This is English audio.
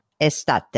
Estate